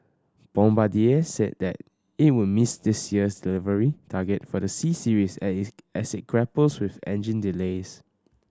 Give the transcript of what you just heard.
Bombardier said that it would miss this year's delivery target for the C Series as it grapples with engine delays